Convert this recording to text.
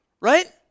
right